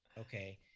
okay